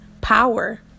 power